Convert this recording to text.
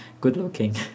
good-looking